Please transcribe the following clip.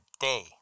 day